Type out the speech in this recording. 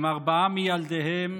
עם ארבעה מילדיהם